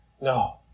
No